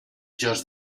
just